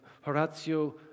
Horatio